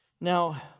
Now